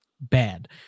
bad